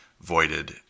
voided